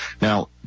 now